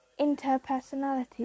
interpersonality